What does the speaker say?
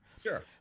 Sure